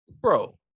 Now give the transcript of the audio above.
bro